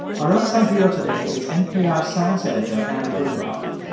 our unsung hero today is npr's science editor anne gudenkauf.